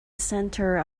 centre